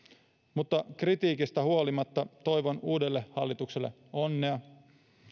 mutta kritiikistä huolimatta toivon uudelle hallitukselle onnea